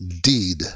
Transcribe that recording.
deed